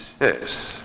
Yes